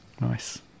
Nice